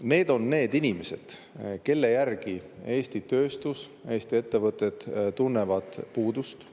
Need on need inimesed, kellest Eesti tööstus, Eesti ettevõtted tunnevad puudust.